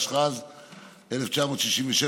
התשכ"ז 1967,